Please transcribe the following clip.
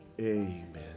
Amen